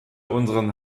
unseren